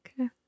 Okay